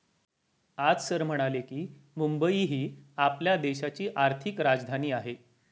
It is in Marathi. आज सर म्हणाले की, मुंबई ही आपल्या देशाची आर्थिक राजधानी आहे